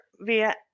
via